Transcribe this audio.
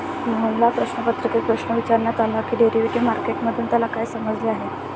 मोहनला प्रश्नपत्रिकेत प्रश्न विचारण्यात आला की डेरिव्हेटिव्ह मार्केट मधून त्याला काय समजले आहे?